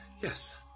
Yes